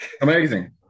Amazing